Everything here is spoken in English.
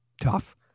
tough